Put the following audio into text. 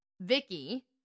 Vicky